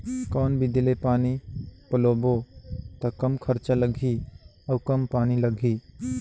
कौन विधि ले पानी पलोबो त कम खरचा लगही अउ कम पानी लगही?